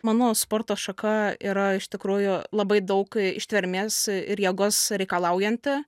mano sporto šaka yra iš tikrųjų labai daug e ištvermės ir jėgos reikalaujanti